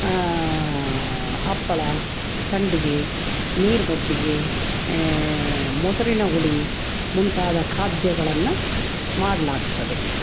ಹಪ್ಪಳ ಸಂಡಿಗೆ ನೀರು ಮಜ್ಜಿಗೆ ಮೊಸರಿನ ಹುಳಿ ಮುಂತಾದ ಖಾದ್ಯಗಳನ್ನು ಮಾಡಲಾಗ್ತದೆ